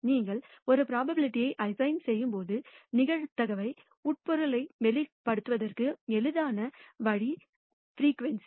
நீங்கள் ஒரு ப்ரோபபிலிட்டியை அசைன் செய்யும்போது நிகழ்தகவை உட்பொருளை வெளிப்படுத்துவதற்கு எளிதான வழி பிரீகுயென்சி